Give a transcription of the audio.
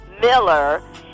Miller